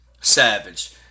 savage